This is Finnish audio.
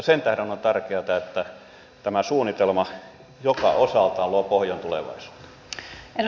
sen tähden on tärkeätä että tämä suunnitelma joka osaltaan luo pohjan tulevaisuuteen